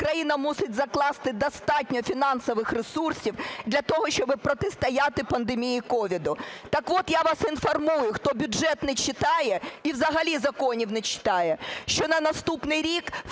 країна мусить закласти достатньо фінансових ресурсів для того, щоб протистояти пандемії COVID? Так от я вас інформую, хто бюджет не читає і взагалі законів не читає, що на наступний рік